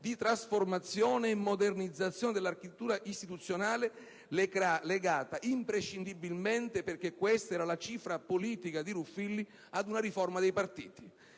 di trasformazione e modernizzazione dell'architettura istituzionale legata, imprescindibilmente (perché questa era la cifra politica di Ruffilli), ad una riforma dei partiti: